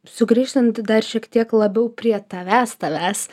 sugrįžtant dar šiek tiek labiau prie tavęs tavęs